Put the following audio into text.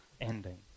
ending